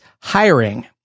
Hiring